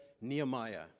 Nehemiah